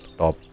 top